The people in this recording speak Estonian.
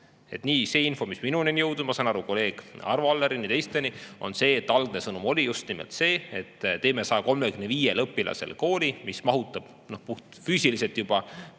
See info, mis minuni on jõudnud, ja ma saan aru, ka kolleeg Arvo Allerini ja teisteni, on see, et algne sõnum oli just nimelt, et teeme 135 õpilasele kooli, mis mahutab puhtfüüsiliselt